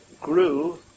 Grew